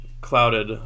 clouded